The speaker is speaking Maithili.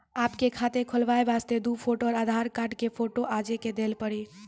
आपके खाते खोले वास्ते दु फोटो और आधार कार्ड के फोटो आजे के देल पड़ी?